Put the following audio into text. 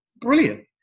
brilliant